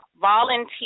volunteer